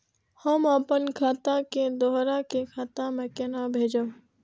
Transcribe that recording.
हम आपन खाता से दोहरा के खाता में केना भेजब?